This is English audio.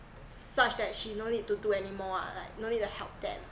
such that she no need to do anymore ah like no need to help them